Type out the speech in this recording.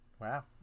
Wow